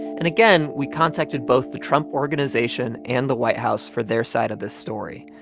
and, again, we contacted both the trump organization and the white house for their side of this story.